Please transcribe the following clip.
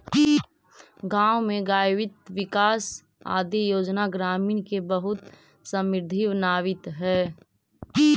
गाँव में गव्यविकास आदि योजना ग्रामीण के बहुत समृद्ध बनावित हइ